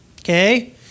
Okay